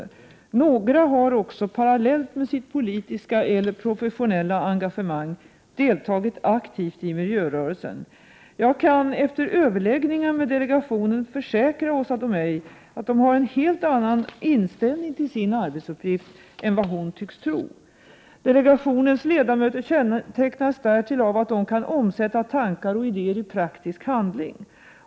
Några har också, parallellt med sitt politiska eller professionella engagemang, deltagit aktivt i miljörörelsen. Jag kan efter överläggningar med delegationen försäkra Åsa Domeij att den har en helt annan inställning till sin arbetsuppgift än vad hon tycks tro. Delegationens ledamöter känntecknas därtill av att de kan omsätta tankar och ideér i praktisk handling.